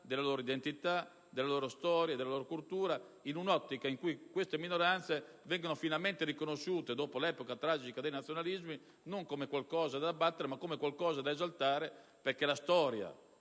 della loro diversità, identità, storia e cultura, in un'ottica in cui esse vengano finalmente riconosciute, dopo l'epoca tragica dei nazionalismi, non come qualcosa da abbattere, ma come qualcosa da esaltare. La storia